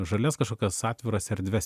žalias kažkokias atviras erdves